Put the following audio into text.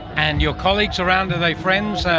and your colleagues around, are they friends,